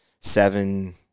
seven